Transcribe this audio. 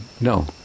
no